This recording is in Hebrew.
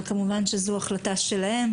אבל כמובן שזו החלטה שלהם,